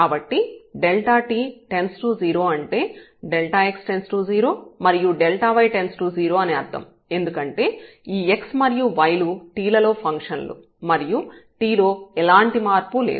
కాబట్టి ∆t→0 అంటే ∆x→0మరియు ∆y→0 అని అర్థం ఎందుకంటే ఈ x మరియు y లు t లలో ఫంక్షన్లు మరియు t లో ఎలాంటి మార్పు లేదు